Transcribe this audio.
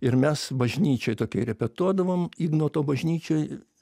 ir mes bažnyčioj tokioj repetuodavom ignoto bažnyčioj